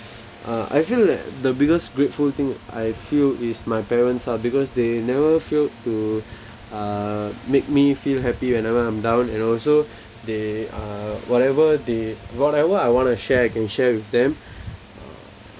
uh I feel that the biggest grateful thing I feel is my parents ah because they never failed to uh make me feel happy whenever I'm down and also they uh whatever they whatever I want to share I can share with them